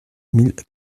mille